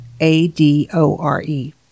A-D-O-R-E